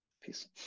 peace